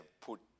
put